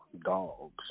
dogs